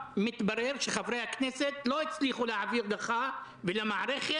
מתברר שחברי הכנסת לא הצליחו להעביר לך ולמערכת